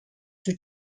two